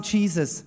Jesus